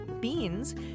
beans